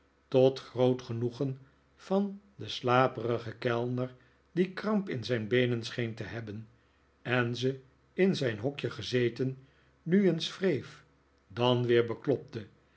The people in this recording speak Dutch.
tot groot genoegen van den slaperigen kellner die kramp in zijn beenen scheen te hebben en ze in zijn hokje gezeten nu eens wreef dan weer beklopte